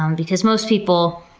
um because most people,